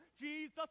Jesus